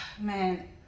Man